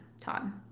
Todd